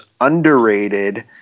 underrated